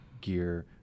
gear